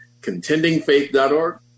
contendingfaith.org